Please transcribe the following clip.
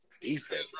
defense